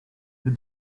the